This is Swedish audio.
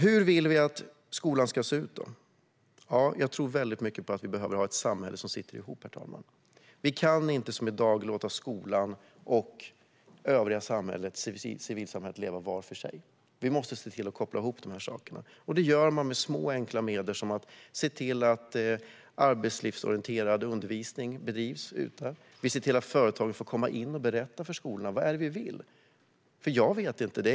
Hur vill vi att skolan ska se ut? Jag tror väldigt mycket på att vi behöver ha ett samhälle som sitter ihop. Vi kan inte som i dag låta skolan och det övriga civilsamhället leva var för sig. Vi måste se till att koppla ihop dem. Det gör man med små och enkla medel som att se till att arbetslivsorienterad undervisning bedrivs. Vi ser till att företagen får komma in och berätta för skolorna vad de vill. Jag vet inte det.